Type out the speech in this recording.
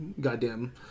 goddamn